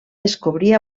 descobrir